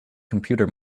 computer